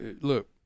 look